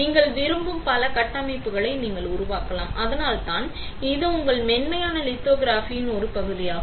நீங்கள் விரும்பும் பல கட்டமைப்புகளை நீங்கள் உருவாக்கலாம் அதனால்தான் இது உங்கள் மென்மையான லித்தோகிராஃபியின் ஒரு பகுதியாகும்